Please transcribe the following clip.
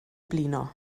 blino